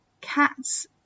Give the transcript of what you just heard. Cats